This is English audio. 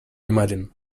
imagine